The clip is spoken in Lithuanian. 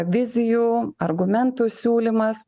vizijų argumentų siūlymas